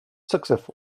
successful